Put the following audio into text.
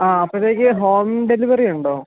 ആ അപ്പോഴത്തേക്ക് ഹോം ഡെലിവറിയുണ്ടോ